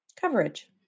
coverage